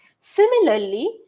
Similarly